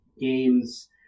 Games